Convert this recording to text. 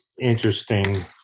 interesting